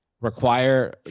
require